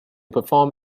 perform